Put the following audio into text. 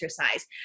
exercise